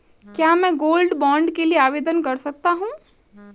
क्या मैं gold bond के लिए आवेदन कर सकता हूं?